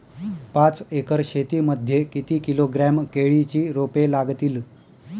पाच एकर शेती मध्ये किती किलोग्रॅम केळीची रोपे लागतील?